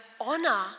honor